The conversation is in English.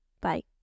Bye